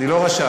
אני לא רשאי.